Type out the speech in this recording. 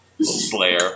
Slayer